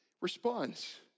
responds